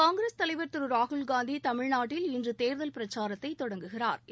காங்கிரஸ் தலைவா் திரு ராகுல் காந்தி தமிழ்நாட்டில் இன்று தேர்தல் பிரச்சாரத்தை தொடங்குகிறாா்